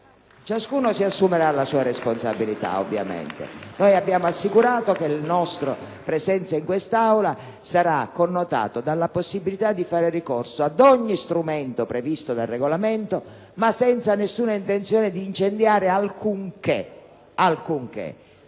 Ciascuno si assumerà la sua responsabilità, ovviamente. Noi abbiamo assicurato che la nostra presenza in quest'Aula sarà connotata dalla possibilità di fare ricorso ad ogni strumento previsto dal Regolamento ma senza intenzione di incendiare alcunché.